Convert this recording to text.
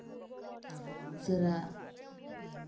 ᱩᱥᱟᱹᱨᱟ